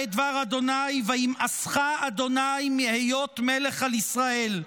את דבר ה' וימאסך ה' מהיות מלך על ישראל.